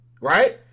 right